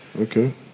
Okay